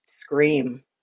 scream